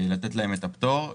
לתת להם את הפטור,